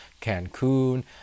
Cancun